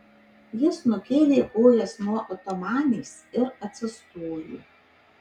jis nukėlė kojas nuo otomanės ir atsistojo